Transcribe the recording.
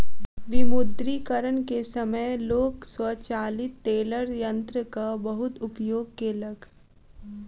विमुद्रीकरण के समय लोक स्वचालित टेलर यंत्रक बहुत उपयोग केलक